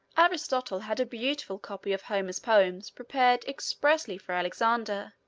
aristotle had a beautiful copy of homer's poems prepared expressly for alexander,